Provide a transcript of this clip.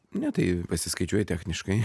ne tai pasiskaičiuoji techniškai